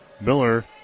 Miller